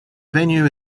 venue